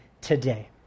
today